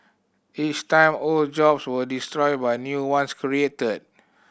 each time old jobs were destroyed but new ones created